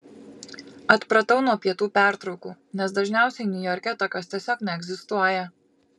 atpratau nuo pietų pertraukų nes dažniausiai niujorke tokios tiesiog neegzistuoja